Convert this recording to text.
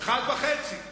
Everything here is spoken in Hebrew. אחד וחצי.